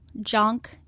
junk